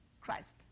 Christ